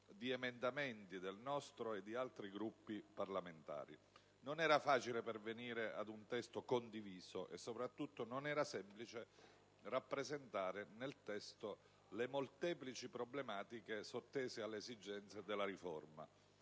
di emendamenti del nostro e di altri Gruppi parlamentari. Non era facile pervenire ad un testo condiviso e soprattutto non era semplice rappresentare in esso le molteplici problematiche sottese alle esigenze della riforma,